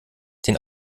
den